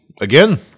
Again